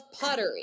pottery